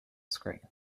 screen